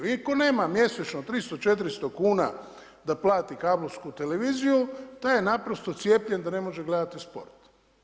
I tko nema mjesečno 300, 400 kn, da plati kablovsku televiziju, taj je naprosto cijepljen da ne može gledati sport.